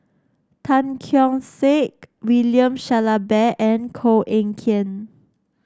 Tan Keong Saik William Shellabear and Koh Eng Kian